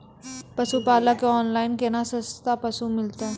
पशुपालक कऽ ऑनलाइन केना सस्ता पसु मिलतै?